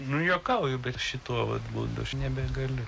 nu juokauju bet šituo vat būdu aš nebegaliu